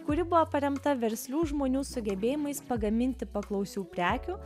kuri buvo paremta verslių žmonių sugebėjimais pagaminti paklausių prekių